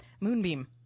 moonbeam